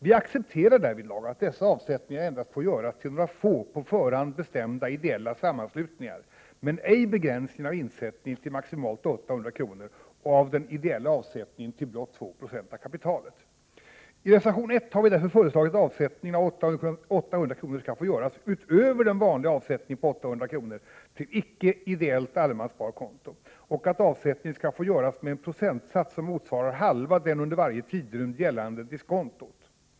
Vi accepterar därvidlag att dessa avsättningar endast får göras till några få, på förhand bestämda ideella sammanslutningar men ej begränsningen av insättningen till maximalt 800 kr. och inte heller begränsningen av den ideella avsättningen till blott 2 96 av kapitalet. I reservation 1 har vi därför föreslagit att avsättningen om 800 kr. skall få göras utöver den vanliga avsättningen på 800 kr. till ”icke-ideellt” allemanssparkonto och att avsättningen skall få göras med en procentsats som motsvarar halva det under varje tidrymd gällande diskontot.